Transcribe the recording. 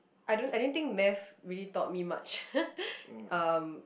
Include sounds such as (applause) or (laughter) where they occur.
I don't I didn't think math really taught me much (noise) um